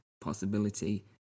possibility